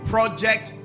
Project